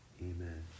amen